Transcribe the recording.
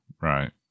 right